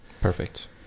Perfect